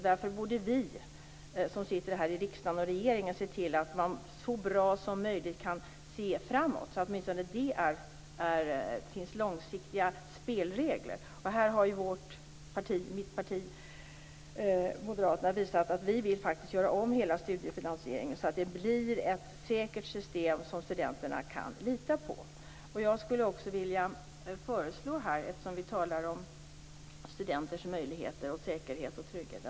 Därför borde vi som sitter här i riksdagen och regeringen se till att man så bra som möjligt kan se framåt och att det åtminstone finns långsiktiga spelregler. I mitt parti, Moderaterna, har vi visat att vi vill göra om hela studiefinansieringen så att det blir ett säkert system som studenterna kan lita på. Jag skulle vilja föreslå en sak nu när vi talar om studenternas möjligheter, säkerhet och trygghet.